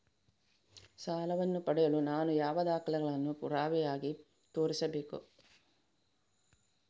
ಸಾಲವನ್ನು ಪಡೆಯಲು ನಾನು ಯಾವ ದಾಖಲೆಗಳನ್ನು ಪುರಾವೆಯಾಗಿ ತೋರಿಸಬೇಕು?